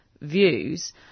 views